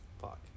fuck